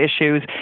issues